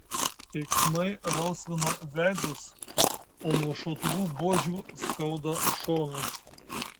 keiksmai rausvina veidus o nuo šautuvų buožių skauda šonus